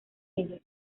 ellos